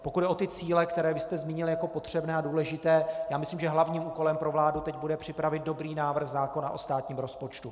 Pokud jde o cíle, které jste zmínil jako potřebné a důležité, myslím, že hlavním úkolem pro vládu teď bude připravit dobrý návrh zákona o státním rozpočtu.